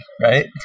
right